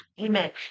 Amen